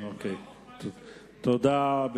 תודה.